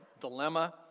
dilemma